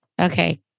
Okay